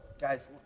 guys